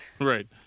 Right